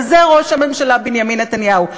וזה ראש הממשלה בנימין נתניהו.